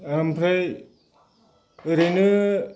आमफ्राय ओरैनो